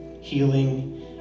healing